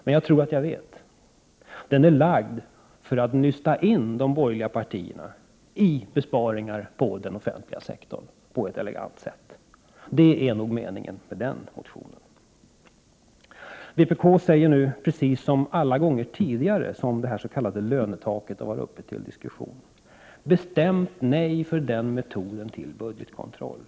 Men jag tror att jag vet; den har väckts för att nysta in de borgerliga partierna i besparingar på den offentliga sektorn på ett elegant sätt. Det är nog meningen med den motionen. Vpk säger nu — precis som alla gånger tidigare som det s.k. lönetaket har varit uppe till diskussion — bestämt nej till den metoden för budgetkontroll.